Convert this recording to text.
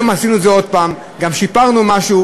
היום עשינו את זה עוד פעם, וגם שיפרנו משהו.